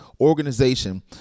organization